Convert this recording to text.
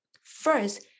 First